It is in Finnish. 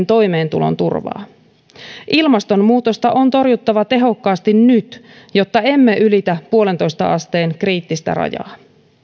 toimeentulon turvaa ilmastonmuutosta on torjuttava tehokkaasti nyt jotta emme ylitä yhteen pilkku viiteen asteen kriittistä rajaa